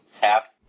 half